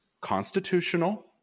Constitutional